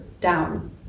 down